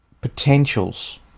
potentials